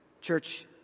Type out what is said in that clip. Church